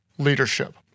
leadership